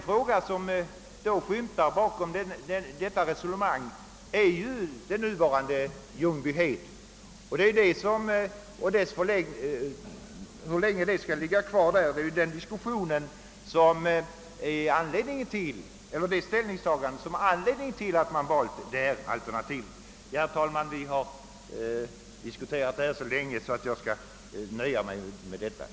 Det som emellertid skymtar bakom detta resonemang är Ljungbyhed och den bristande kännedomen om hur länge flygflottiljen skall ligga kvar där. Detta är ju anledningen till att det här alternativet valts. Herr talman! Frågan har diskuterats så länge att jag skall nöja mig med det sagda.